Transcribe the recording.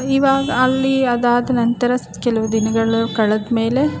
ಇವಾಗ ಅಲ್ಲಿ ಅದಾದ ನಂತರ ಕೆಲವು ದಿನಗಳು ಕಳೆದ್ಮೇಲೆ